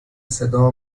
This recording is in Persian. صدا